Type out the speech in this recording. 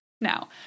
Now